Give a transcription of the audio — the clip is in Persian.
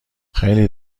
خیلی